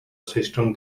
system